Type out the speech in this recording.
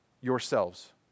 yourselves